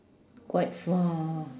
quite far